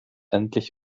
endlich